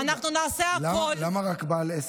ואנחנו נעשה הכול, למה רק בעל עסק?